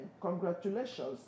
Congratulations